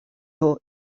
nhw